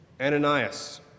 Ananias